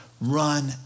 run